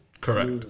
Correct